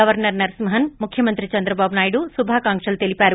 governor Narasimhan ముఖ్యమంత్రి చంద్రబాబు నాయుడు శుభాకాంకులు తెలిపారు